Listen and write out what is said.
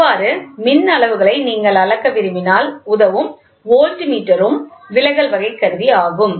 இவ்வாறு மின் அளவுகளை நீங்கள் அளக்க விரும்பினால் உதவும் வோல்ட் மீட்டரும் விலகல் வகை கருவி ஆகும்